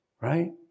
right